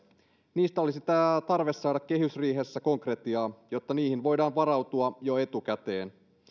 niistä olisi tarve saada kehysriihessä konkretiaa jotta niihin voidaan varautua jo etukäteen